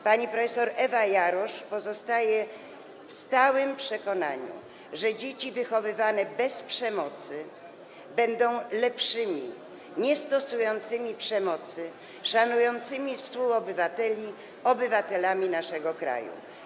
Pani prof. Ewa Jarosz pozostaje w przekonaniu, że dzieci wychowywane bez przemocy będą lepszymi, niestosującymi przemocy, szanującymi współobywateli obywatelami naszego kraju.